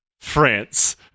France